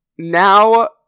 Now